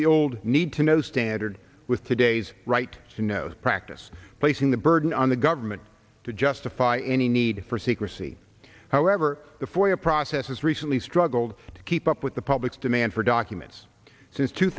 d old need to know standard with today's right to know practice placing the burden on the government to justify any need for secrecy however the foyer process has recently struggled to keep up with the public's demand for documents since two